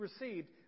received